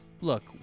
look